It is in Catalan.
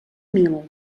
mil